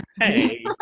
Hey